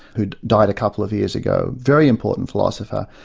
who died a couple of years ago. very important philosopher.